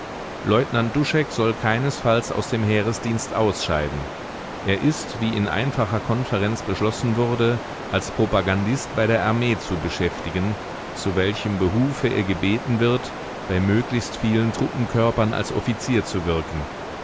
leutnant duschek soll keinesfalls aus dem heeresdienst ausscheiden er ist wie in einfacher konferenz beschlossen wurde als propagandist bei der armee zu beschäftigen zu welchem behufe er gebeten wird bei möglichst vielen truppenkörpern als offizier zu wirken